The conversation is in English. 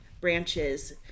branches